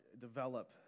develop